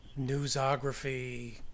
newsography